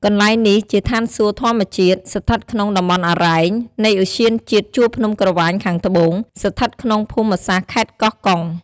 កន្លែងនេះ ជាឋានសួគ៌ធម្មជាតិ ស្ថិតក្នុងតំបន់អារ៉ែង នៃឧទ្យានជាតិជួរភ្នំក្រវាញខាងត្បូង ស្ថិតក្នុងភូមិសាស្ត្រខេត្តកោះកុង។